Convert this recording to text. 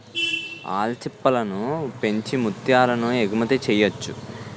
ఆల్చిప్పలను పెంచి ముత్యాలను ఎగుమతి చెయ్యొచ్చు